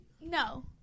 No